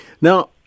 Now